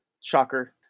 shocker